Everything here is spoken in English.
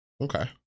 Okay